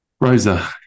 Rosa